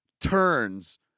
turns